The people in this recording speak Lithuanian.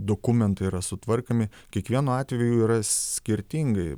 dokumentai yra sutvarkomi kiekvienu atveju yra skirtingai